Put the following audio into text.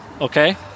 okay